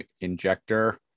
Injector